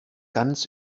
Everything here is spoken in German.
ganz